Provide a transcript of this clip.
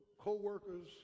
co-workers